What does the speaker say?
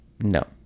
No